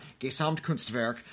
Gesamtkunstwerk